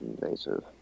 invasive